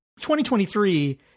2023